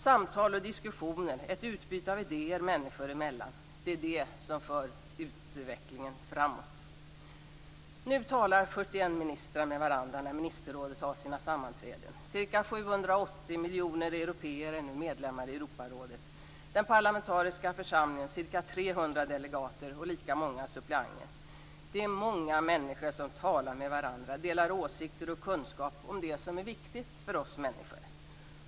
Samtal och diskussioner, ett utbyte av idéer människor emellan är det som för utvecklingen framåt. Nu talar 41 ministrar med varandra när ministerrådet har sina sammanträden. Ca 780 miljoner européer är nu medlemmar i Europarådet. Den parlamentariska församlingen har ca 300 delegater och lika många suppleanter. Det är många människor som talar med varandra, delar åsikter och kunskap om det som är viktigt för oss människor.